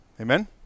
Amen